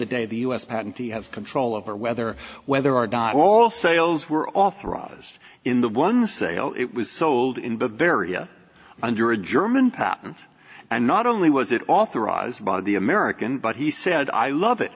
the day the u s patent he has control over whether whether or not all sales were authorized in the one sale it was sold in bavaria under a german patent and not only was it authorized by the american but he said i love it